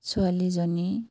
ছোৱালীজনী